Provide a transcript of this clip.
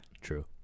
True